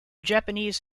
japanese